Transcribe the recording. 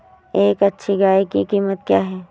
एक अच्छी गाय की कीमत क्या है?